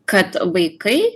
kad vaikai